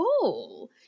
cool